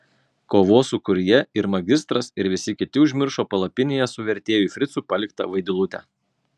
kovos sūkuryje ir magistras ir visi kiti užmiršo palapinėje su vertėju fricu paliktą vaidilutę